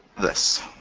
this.